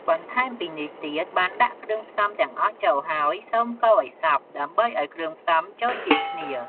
បន្ថែមពីនេះទៀត បានដាក់គ្រឿងផ្សំទាំងអស់ចូលហើយ សូម កូរឲ្យសព្វ ដើម្បីឲ្យគ្រឿងផ្សំចូលជាតិគ្នា។